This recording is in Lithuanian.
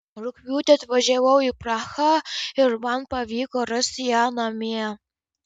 rugpjūtį atvažiavau į prahą ir man pavyko rasti ją namie